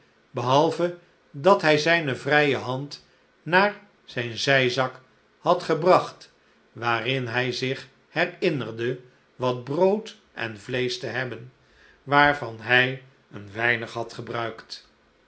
behalve dat hij zijne vrije hand naar zijn zijzak had gebracht waarin hij zich herinnerde wat brood en vleesch te hebben waarvan hij eenweinighadgebruikt en ook